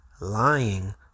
Lying